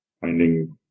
finding